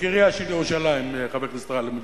בקריה של ירושלים, חבר הכנסת גאלב מג'אדלה.